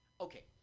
Okay